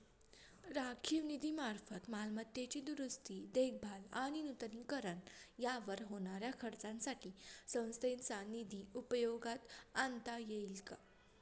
राखीव निधीमार्फत मालमत्तेची दुरुस्ती, देखभाल आणि नूतनीकरण यावर होणाऱ्या खर्चासाठी संस्थेचा निधी उपयोगात आणता येईल का?